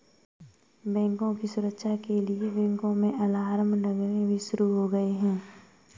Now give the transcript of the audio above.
बैंकों की सुरक्षा के लिए बैंकों में अलार्म लगने भी शुरू हो गए हैं